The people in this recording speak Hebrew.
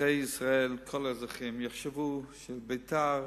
אזרחי ישראל, כל האזרחים, יחשבו שביתר,